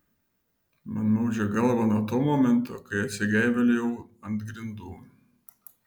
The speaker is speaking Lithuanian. man maudžia galvą nuo to momento kai atsigaivelėjau ant grindų